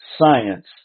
science